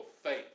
faith